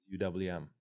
UWM